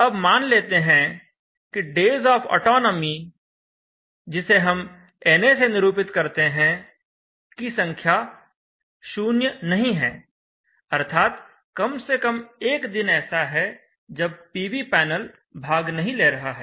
अब मान लेते हैं कि डेज ऑफ ऑटोनोमी जिसे हम na से निरूपित करते हैं की संख्या 0 नहीं है अर्थात कम से कम 1 दिन ऐसा है जब पीवी पैनल भाग नहीं ले रहा है